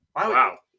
Wow